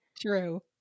True